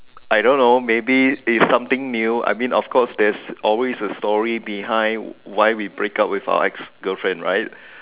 I don't know maybe it's something new I mean of course there's always a story behind why we break up with our ex girlfriend right